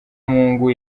mungu